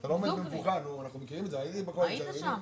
אני אקריא שוב.